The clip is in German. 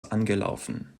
angelaufen